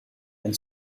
and